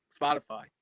Spotify